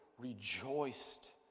rejoiced